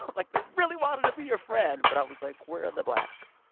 like, they really wanted to be your friend. but i was like, where are the blacks?